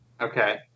Okay